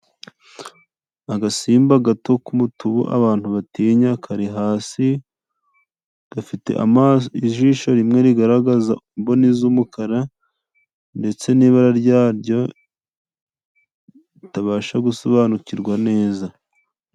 Agasimba gato k'umutubu abantu batinya kari hasi, gafite ijisho rimwe rigaragaza imboni z'umukara ndetse n'ibara ryaryo ritabasha gusobanukirwa neza.